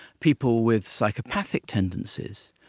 people with psychopathic tendencies,